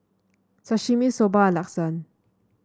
Sashimi Soba and Lasagne